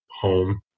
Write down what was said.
home